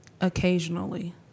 Occasionally